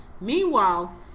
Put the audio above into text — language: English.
Meanwhile